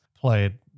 played